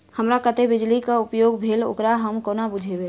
हमरा कत्तेक बिजली कऽ उपयोग भेल ओकर हम कोना बुझबै?